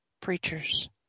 preachers